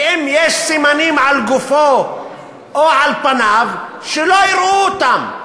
ואם יש סימנים על גופו או על פניו, שלא יראו אותם.